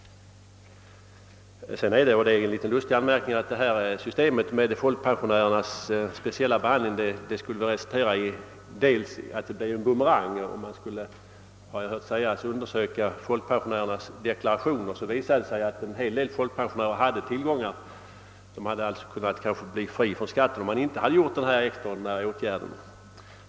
En egendomlighet som förtjänar att uppmärksammas är att systemet med speciell behandling av folkpensionärerna i viss mån skulle resultera i effekten av en bumerang. Man skulle, har jag hört sägas, undersöka folkpensionärernas deklarationer, och då visade det sig att en hel del av dem hade opåräknade tillgångar. De hade alltså kunnat bli befriade från skatter om man inte hade vidtagit den här extraordinära åtgärden.